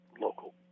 local